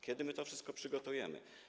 Kiedy my to wszystko przygotujemy?